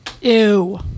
Ew